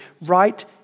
right